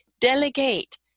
Delegate